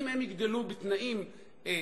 אם הם יגדלו בתנאים סבירים,